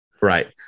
Right